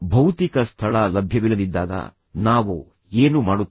ಭೌತಿಕ ಸ್ಥಳ ಲಭ್ಯವಿಲ್ಲದಿದ್ದಾಗ ನಾವು ಏನು ಮಾಡುತ್ತೇವೆ